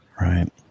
Right